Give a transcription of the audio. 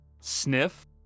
sniff